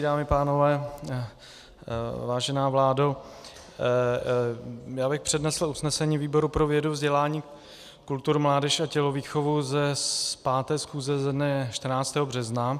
Dámy a pánové, vážená vládo, já bych přednesl usnesení výboru pro vědu, vzdělání, kulturu, mládež a tělovýchovu z 5. schůze ze dne 14. března.